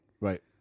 Right